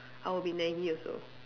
I will be naggy also